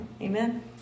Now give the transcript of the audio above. Amen